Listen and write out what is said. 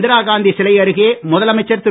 இந்திராகாந்தி சிலை அருகே முதலமைச்சர் திரு